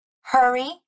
Hurry